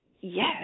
Yes